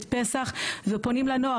את פסח ופונים לנוער.